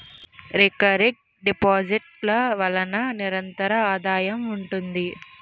recurring deposit ల వలన నిరంతర ఆదాయం ఉంటుంది